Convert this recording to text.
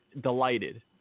delighted